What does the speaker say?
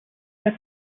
sat